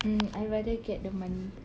mm I rather get the money